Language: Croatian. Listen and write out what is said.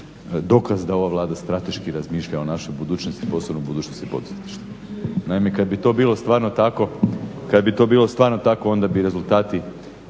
dokaz da je ova Vlada strateški razmišlja o našoj budućnosti, posebno o budućnosti poduzetništva. Međutim, kad bi to bilo stvarno tako, onda bi rezultati